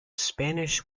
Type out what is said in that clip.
spanish